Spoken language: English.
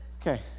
Okay